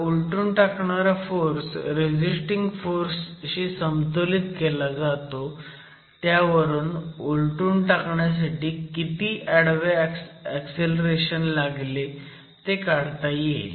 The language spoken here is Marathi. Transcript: हा उलटून टाकणारा फोर्स रेझिस्टिंग फोर्स शी समतोलीत केला जातो त्यावरून उलटून टाकण्यासाठी किती आडवे ऍक्सिलरेशन लागले ते काढता येईल